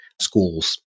schools